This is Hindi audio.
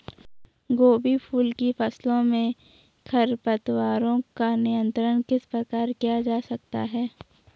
गोभी फूल की फसलों में खरपतवारों का नियंत्रण किस प्रकार किया जा सकता है?